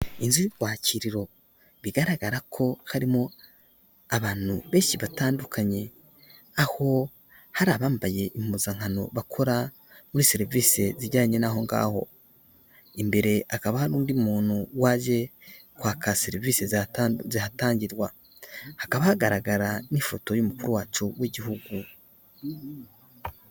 Inzu y'urwakiririro bigaragara ko harimo abantu benshi batandukanye aho hari abambaye impuzankano bakora muri serivisi zijyanye naho ngaho, imbere hakaba hari undi muntu waje kwaka serivisi zihatangirwa hakaba hagaragara n'ifoto y'umukuru wacu w'igihugu.